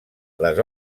les